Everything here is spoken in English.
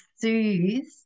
soothe